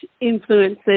influences